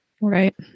right